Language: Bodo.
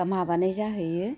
माबानाय जाहैयो